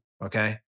Okay